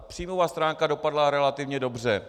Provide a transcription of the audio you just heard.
Příjmová stránka dopadla relativně dobře.